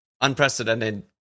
unprecedented